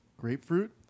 grapefruit